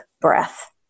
breath